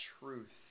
truth